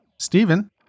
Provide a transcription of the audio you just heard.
Stephen